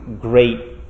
great